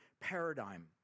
paradigm